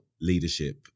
leadership